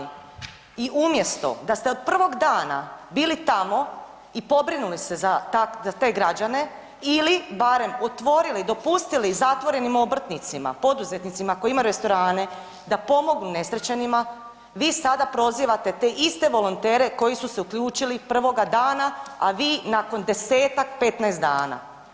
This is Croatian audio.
I umjesto da ste od prvog dana bili tamo i pobrinuli se za te građane ili barem otvorili dopustili zatvorenim obrtnicima, poduzetnicima koji imaju restorane da pomognu unesrećenima, vi sada prozivate te iste volontere koji su se uključili prvoga dana, a vi nakon desetak, petnaest dana.